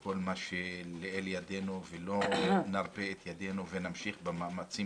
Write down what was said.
כל מה שלאל ידינו ולא נרפה את ידינו ונמשיך במאמצים